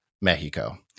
Mexico